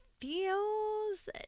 feels